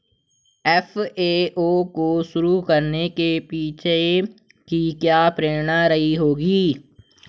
FAO को शुरू करने के पीछे की क्या प्रेरणा रही होगी?